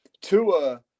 Tua